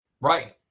Right